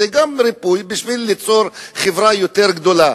זה גם ריפוי בשביל ליצור חברה יותר גדולה,